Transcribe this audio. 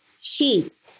sheets